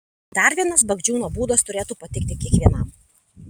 dar vienas bagdžiūno būdas turėtų patikti kiekvienam